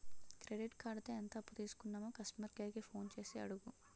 credit కార్డుతో ఎంత అప్పు తీసుకున్నామో కస్టమర్ కేర్ కి ఫోన్ చేసి అడుగు